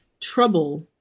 trouble